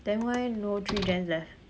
then why no three gens left